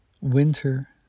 Winter